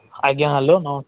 ଆଜ୍ଞା ହ୍ୟାଲୋ ନ